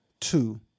two